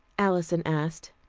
alison asked.